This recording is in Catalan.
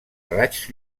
raigs